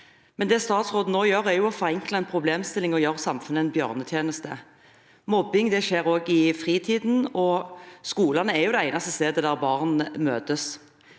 statsråden nå gjør, er jo å forenkle en problemstilling og gjøre samfunnet en bjørnetjeneste. Mobbing skjer også på fritiden, og skolene er jo ikke det eneste stedet der barn møtes.